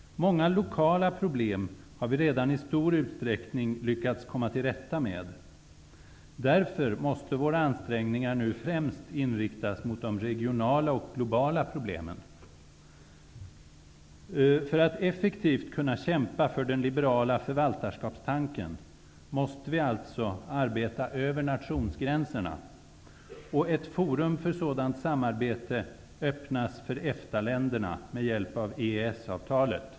Många lokala problem har vi redan i stor utsträckning lyckats komma till rätta med. Därför måste våra ansträngningar nu främst inriktas mot de regionala och globala problemen. För att effektivt kunna kämpa för den liberala förvaltarskapstanken måste vi alltså arbeta över nationsgränserna. Ett forum för sådant samarbete öppnas för EFTA-länderna med hjälp av EES avtalet.